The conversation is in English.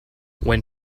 when